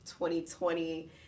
2020